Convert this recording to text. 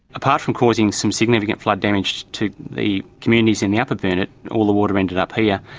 apart from causing some significant flood damage to the communities in the upper burnett, all the water ended up here. yeah